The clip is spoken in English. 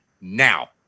Now